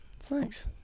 Thanks